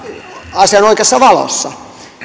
asian oikeassa valossa